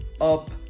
up